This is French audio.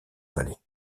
vallée